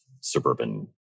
suburban